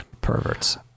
Perverts